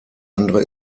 andere